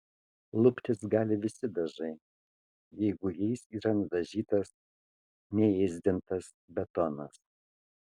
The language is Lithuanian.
luptis gali visi dažai jeigu jais yra nudažytas neėsdintas betonas